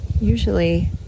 usually